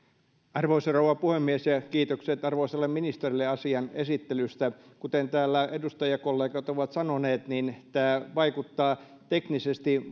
arvoisa rouva puhemies kiitokset arvoisalle ministerille asian esittelystä kuten täällä edustajakollegat ovat sanoneet niin tämä vaikuttaa teknisesti